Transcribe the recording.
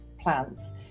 plants